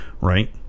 right